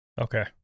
Okay